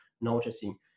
noticing